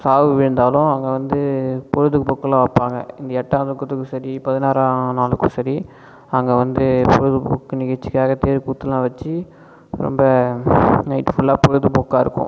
சாவு விழுந்தாலும் அங்கே வந்து பொழுதுபோக்குலாம் வைப்பாங்க இந்த எட்டா துக்கத்துக்கு சரி பதினாறா நாளுக்கும் சரி அங்கே வந்து பொழுதுபோக்கு நிகழ்ச்சிக்காக தெருக்கூத்துலாம் வச்சு ரொம்ப நைட் புல்லா பொழுதுபோக்காக இருக்கும்